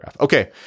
Okay